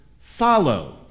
follow